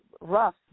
rough